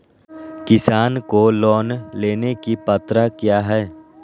किसान को लोन लेने की पत्रा क्या है?